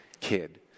kid